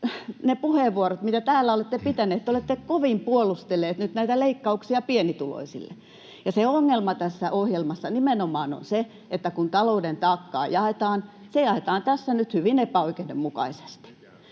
puheenvuoroissa, mitä täällä olette nyt pitänyt, te olette kovin puolustellut näitä leikkauksia pienituloisille. Ja se ongelma tässä ohjelmassa on nimenomaan se, että kun talouden taakkaa jaetaan, se jaetaan tässä nyt hyvin epäoikeudenmukaisesti.